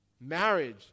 Marriage